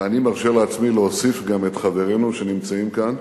ואני מרשה לעצמי להוסיף את חברינו שנמצאים כאן,